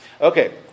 Okay